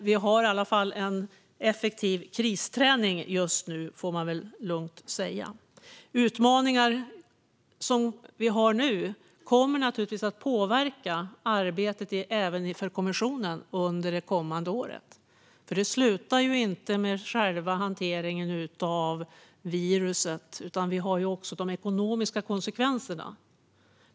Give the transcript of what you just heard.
Vi har i alla fall en effektiv kristräning nu, kan man lugnt säga. De utmaningar vi nu har kommer naturligtvis att påverka arbetet även i kommissionen under det kommande året. Det slutar ju inte med själva hanteringen av viruset, utan vi har också de ekonomiska konsekvenserna.